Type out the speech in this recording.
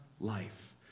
life